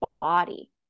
body